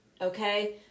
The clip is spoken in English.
okay